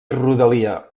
rodalia